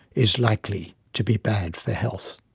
is likely to be bad for health.